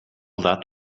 that